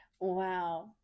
Wow